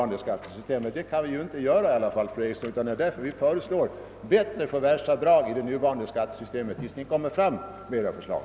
Det kan vi inte gärna göra. Det är därför vi föreslår bättre förvärvsavdrag i det nuvarande skattesystemet tills ni framlägger era förslag.